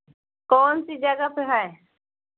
कौन सी जगह पर है